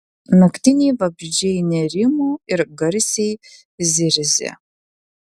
naktiniai vabzdžiai nerimo ir garsiai zirzė